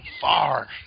far